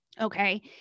Okay